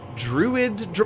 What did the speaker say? druid